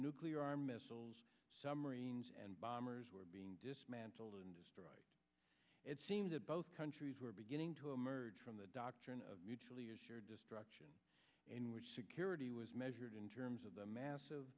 armed missiles some marines and bombers were being dismantled and destroyed it seems that both countries were beginning to emerge from the doctrine of mutually assured destruction in which security was measured in terms of the massive